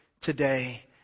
today